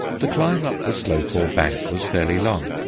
the climb up the slope or bank was fairly long.